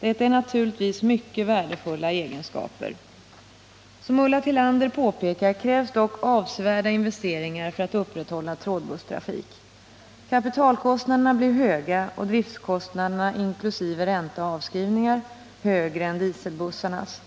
Detta är naturligtvis mycket värdefulla egenskaper. Som Ulla Tillander påpekar krävs dock avsevärda investeringar för att upprätta trådbusstrafik. Kapitalkostnaderna blir höga och driftkostnaderna, inkl. ränta och avskrivningar, högre än dieselbussarnas.